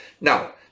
now